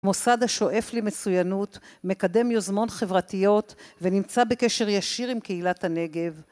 מוסד השואף למצוינות מקדם יוזמות חברתיות ונמצא בקשר ישיר עם קהילת הנגב.